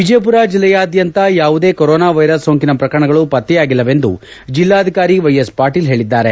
ವಿಜಯಪುರ ಜಿಲ್ಲೆಯಾದ್ಯಂತ ಯಾವುದೇ corona virus ಸೋಂಕಿತ ಪ್ರಕರಣಗಳು ಪತ್ತೆಯಾಗಿಲ್ಲವೆಂದು ಜಿಲ್ಲಾಧಿಕಾರಿ ವ್ಯೈಎಸ್ ಪಾಟೀಲ ಹೇಳಿದ್ದಾರೆ